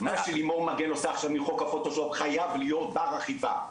מה שלימור מגן עושה עכשיו עם חוק הפוטושופ חייב להיות בר אכיפה,